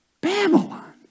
Babylon